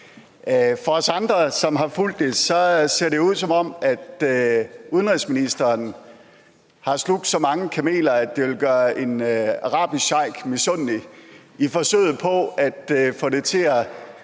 For os andre, som har fulgt det, ser det ud, som om udenrigsministeren har slugt så mange kameler, at det ville gøre en arabisk sheik misundelig, i forsøget på at få det at